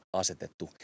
asetettu